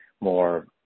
more